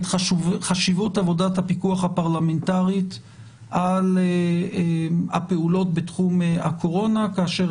את חשיבות עבודת הפיקוח הפרלמנטרית על הפעולות בתחום הקורונה כאשר